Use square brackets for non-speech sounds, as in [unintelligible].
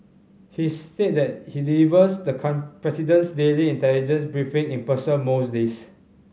he's said that he delivers the [unintelligible] president's daily intelligence briefing in person most days